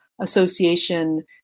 association